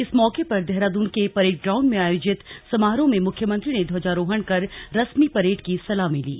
इस मौके पर देहरादून के परेड ग्राउंड में आयोजित समारोह में मुख्यमंत्री ने ध्वजारोहण कर रसमी परेड़ की सलामी ली